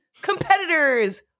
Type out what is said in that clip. competitors